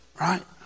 right